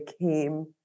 came